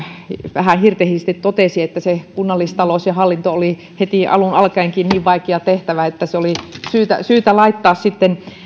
vähän hirtehisesti totesi että kunnallistalous ja hallinto oli heti alun alkaenkin niin vaikea tehtävä että se oli syytä syytä laittaa sitten